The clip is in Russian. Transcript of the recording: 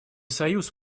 союз